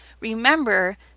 remember